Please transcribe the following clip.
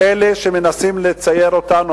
אלה שמנסים לצייר אותנו,